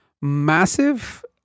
massive